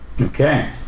Okay